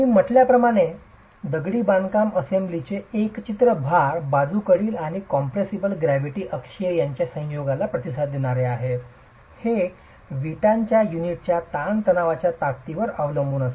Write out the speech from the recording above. मी म्हटल्याप्रमाणे दगडी बांधकाम असेंब्लीचे एकत्रित भार बाजूकडील आणि कॉम्पॅरेसीव्ह ग्रॅव्हिटी अक्षीय यांच्या संयोगाला प्रतिसाद देणार आहे हे विटांच्या युनिटच्या ताणतणावाच्या ताकदीवर अवलंबून असेल